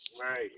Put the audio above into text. Right